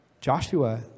Joshua